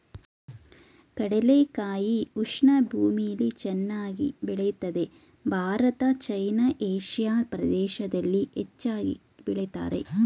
ಕಡಲೆಕಾಯಿ ಉಷ್ಣ ಭೂಮಿಲಿ ಚೆನ್ನಾಗ್ ಬೆಳಿತದೆ ಭಾರತ ಚೈನಾ ಏಷಿಯಾ ಪ್ರದೇಶ್ದಲ್ಲಿ ಹೆಚ್ಚಾಗ್ ಬೆಳಿತಾರೆ